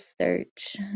search